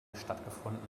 stattgefunden